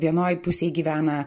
vienoj pusėj gyvena